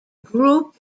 group